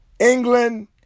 England